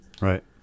Right